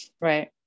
Right